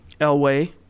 Elway